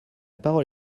parole